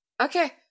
Okay